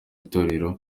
itorero